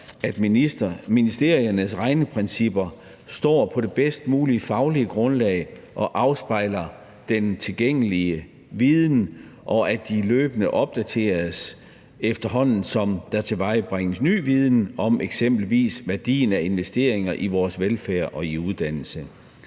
at ministeriernes regneprincipper står på det bedst mulige faglige grundlag og afspejler den tilgængelige viden, og at de løbende opdateres, efterhånden som der tilvejebringes ny viden om eksempelvis værdien af investeringer i vores velfærd og i uddannelse.